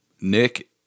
Nick